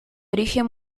origen